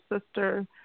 sister